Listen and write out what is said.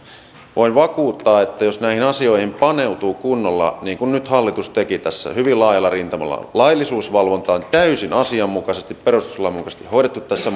voin vakuuttaa että jos näihin asioihin paneutuu kunnolla niin kuin nyt hallitus teki tässä hyvin laajalla rintamalla laillisuusvalvonta on täysin asianmukaisesti perustuslain mukaisesti hoidettu tässä